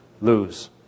lose